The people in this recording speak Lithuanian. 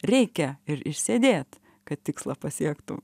reikia ir išsėdėt kad tikslą pasiektų